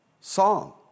song